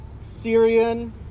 Syrian